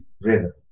rhythm